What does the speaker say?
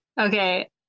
okay